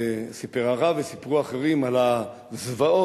סיפר הרב וסיפרו אחרים על הזוועות